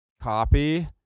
copy